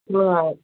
சொல்லுங்கள்